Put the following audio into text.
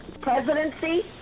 presidency